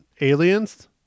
aliens